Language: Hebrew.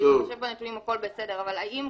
אבל האם,